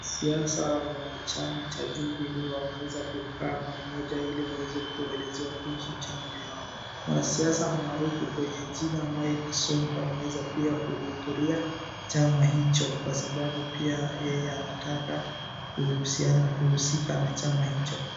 Wanasiasa wa chama cha jubilee wameweza kukaa pamoja iliwaweze kuelezea kuhusu chama hiyo. Wanasiasa maarufu kwenye chama kwa jina Mike Sonko ameweza kutulia chama hicho kwa sababu pia yeye anataka kuhusiana na wahusika katika chama hicho.